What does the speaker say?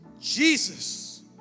Jesus